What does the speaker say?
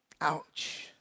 Ouch